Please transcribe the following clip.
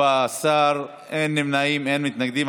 14, אין נמנעים, אין מתנגדים.